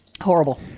horrible